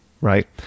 right